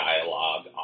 dialogue